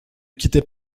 quittait